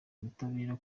ubutabera